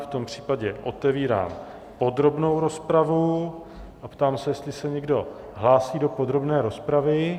V tom případě otevírám podrobnou rozpravu a ptám se, jestli se někdo hlásí do podrobné rozpravy.